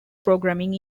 programming